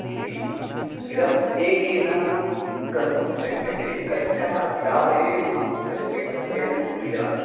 इति इदम् एकेन कर्तुं न शक्यते कश्चन अध्यापयेत् कश्चित् अध्ययनं कुर्यात्